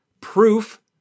proof